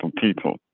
people